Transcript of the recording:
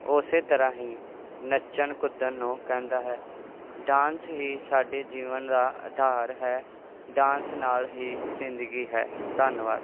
ਉਸੇ ਤਰ੍ਹਾਂ ਹੀ ਨੱਚਣ ਕੁੱਦਣ ਨੂੰ ਕਹਿੰਦਾ ਹੈ ਡਾਂਸ ਹੀ ਸਾਡੇ ਜੀਵਨ ਦਾ ਆਧਾਰ ਹੈ ਡਾਂਸ ਨਾਲ ਹੀ ਜ਼ਿੰਦਗੀ ਹੈ ਧੰਨਵਾਦ